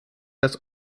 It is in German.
das